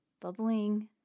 bubbling